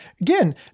Again